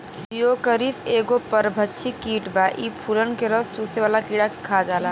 Geocoris एगो परभक्षी कीट बा इ फूलन के रस चुसेवाला कीड़ा के खा जाला